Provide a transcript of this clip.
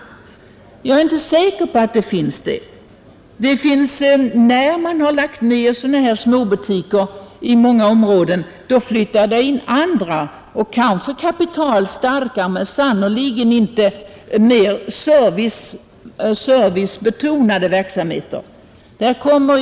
Jag är inte säker på det! När man har lagt ned sådana här småbutiker i många områden, så flyttar det in andra och kanske kapitalstarka men sannerligen inte mer servicebetonade verksamheter.